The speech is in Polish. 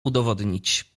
udowodnić